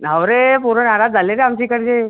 लाव रे पोरं नाराज झाले ग आमच्या इकडचे